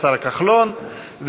השר כחלון,